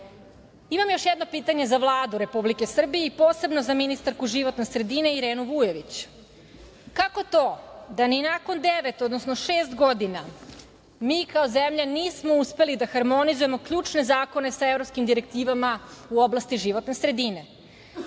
još jedno pitanje za Vladu Republike Srbije i posebno za ministarku životne sredine Irenu Vujović – kako to da ni nakon devet, odnosno, šest godina, mi kao zemlja nismo uspeli da harmonizujemo ključne zakone sa evropskim direktivama u oblasti životne sredine?